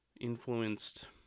influenced